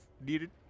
needed